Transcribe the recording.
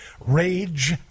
Rage